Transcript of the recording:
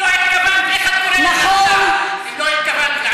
נכון, אם לא התכוונת, איך את קוראת מן הכתב?